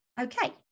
Okay